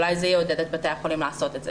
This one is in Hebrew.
אולי זה יעודד את בתי החולים לעשות את זה,